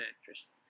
actress